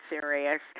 serious